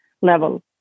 level